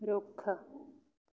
ਰੁੱਖ